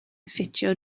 ffitio